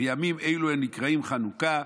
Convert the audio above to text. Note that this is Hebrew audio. וימים אלו הן הנקראין חנוכה,